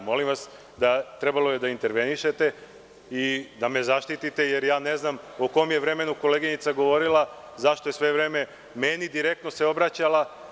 Molim vas, trebalo je da intervenišete i da me zaštitite, jer ja ne znam u kom je vremenu koleginica govorila, zašto se sve vreme meni direktno obraćala.